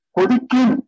Kodikin